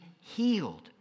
healed